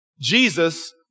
Jesus